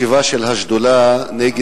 באולם "נגב", ישיבה של השדולה נגד